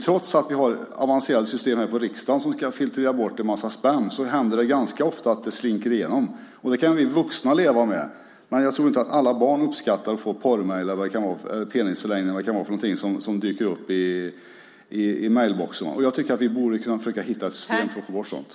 Trots att vi har avancerade system här på riksdagen som ska filtrera bort en massa spam händer det ganska ofta att det slinker igenom. Det kan vi vuxna leva med. Men jag tror inte att alla barn uppskattar att få porrmejl, reklam om penisförlängningar eller vad det kan vara för någonting som dyker upp i mejlboxen. Vi borde kunna hitta ett system för att få bort sådant.